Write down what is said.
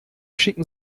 schicken